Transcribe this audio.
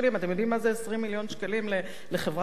אתם יודעים מה זה 20 מיליון שקלים לחברת החדשות?